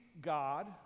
God